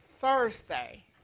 Thursday